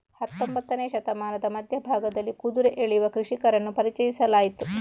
ಹತ್ತೊಂಬತ್ತನೇ ಶತಮಾನದ ಮಧ್ಯ ಭಾಗದಲ್ಲಿ ಕುದುರೆ ಎಳೆಯುವ ಕೃಷಿಕರನ್ನು ಪರಿಚಯಿಸಲಾಯಿತು